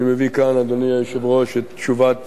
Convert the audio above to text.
אני מביא כאן, אדוני היושב-ראש, את תשובת